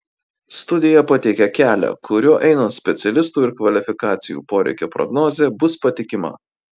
studija pateikia kelią kuriuo einant specialistų ir kvalifikacijų poreikio prognozė bus patikima